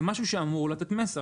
זה משהו שאמור לתת מסר.